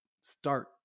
start